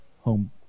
home